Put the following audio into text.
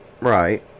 Right